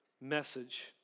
message